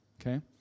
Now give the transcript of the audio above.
okay